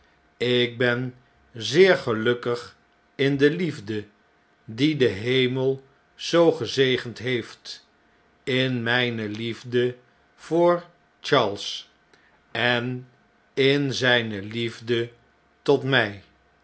ik ben zeer gelukkig in de liefde die de hemel zoo gezegend heeft in mpe liefde voor charles en in zijne liefde tot mjj